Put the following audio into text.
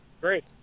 Great